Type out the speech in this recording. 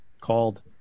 called